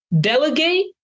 Delegate